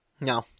No